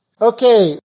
Okay